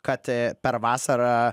kad per vasarą